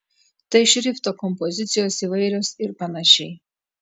tai šrifto kompozicijos įvairios ir panašiai